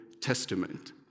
Testament